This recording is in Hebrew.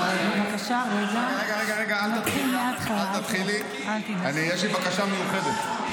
רגע, אל תתחילי, יש לי בקשה מיוחדת.